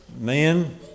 Man